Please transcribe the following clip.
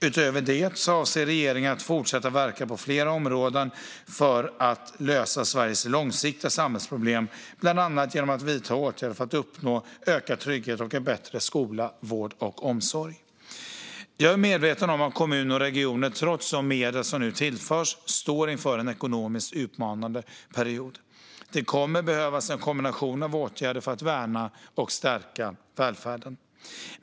Utöver det avser regeringen att fortsätta att verka på flera områden för att lösa Sveriges långsiktiga samhällsproblem, bland annat genom att vidta åtgärder för att uppnå ökad trygghet och en bättre skola, vård och omsorg. Jag är medveten om att kommuner och regioner, trots de medel som nu tillförs, står inför en ekonomiskt utmanande period. Det kommer att behövas en kombination av åtgärder för att värna och stärka välfärden.